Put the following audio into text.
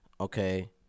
Okay